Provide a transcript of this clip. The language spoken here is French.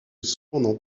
cependant